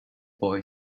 boy